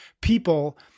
people